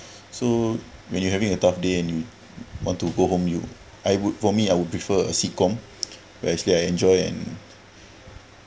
so when you having a tough day and you want to go home you I would for me I would prefer a sitcom where actually I enjoy and